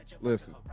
listen